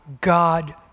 God